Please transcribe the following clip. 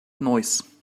noise